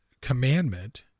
commandment